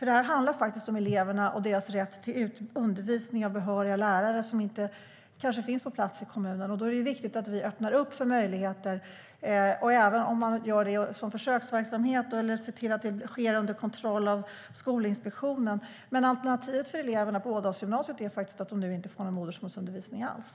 Detta handlar faktiskt om eleverna och deras rätt till undervisning av behöriga lärare som kanske inte finns på plats i kommunen. Då är det viktigt att vi öppnar för möjligheter, även om man gör det som försöksverksamhet eller ser till att det sker under kontroll av Skolinspektionen. Men alternativet för eleverna på Ådalsgymnasiet är faktiskt att de nu inte får någon modersmålsundervisning alls.